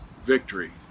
victory